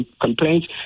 complaints